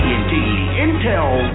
Intel